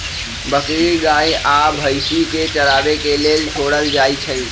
बकरी गाइ आ भइसी के चराबे के लेल छोड़ल जाइ छइ